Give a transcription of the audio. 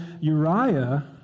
Uriah